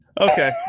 Okay